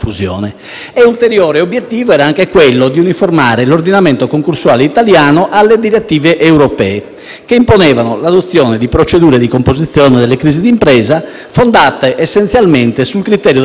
l'ordinamento concorsuale italiano alle direttive europee, che imponevano l'adozione di procedure di composizione nelle crisi d'impresa fondate essenzialmente sul criterio della prevenzione della continuità aziendale.